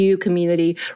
community